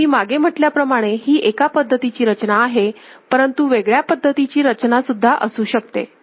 तर मी मागे म्हटल्या प्रमाणे ही एका पद्धतीची रचना आहे परंतु वेगळ्या पद्धतीची रचना सुद्धा असू शकते